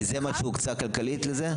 כי זה מה שהוקצה כלכלית לזה?